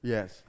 Yes